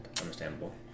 Understandable